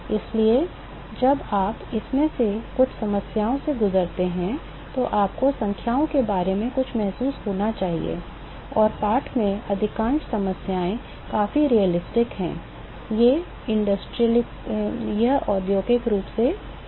इसलिए जब आप इनमें से कुछ समस्याओं से गुजरते हैं तो आपको संख्याओं के बारे में कुछ महसूस होना चाहिए और पाठ में अधिकांश समस्याएँ काफी यथार्थवादी हैं ये औद्योगिक रूप से संबंधित समस्या हैं